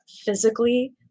physically